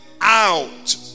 out